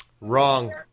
Wrong